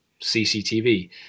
CCTV